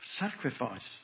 sacrifice